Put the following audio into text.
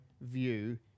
view